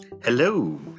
hello